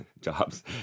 jobs